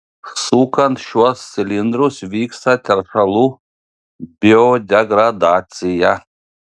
sukant šiuos cilindrus vyksta teršalų biodegradacija